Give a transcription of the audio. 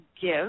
give